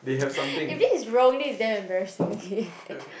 if it is rolling damn embarrassing okay